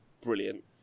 brilliant